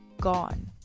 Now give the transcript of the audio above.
gone